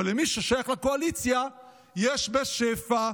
אבל למי ששייך לקואליציה יש בשפע.